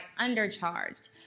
undercharged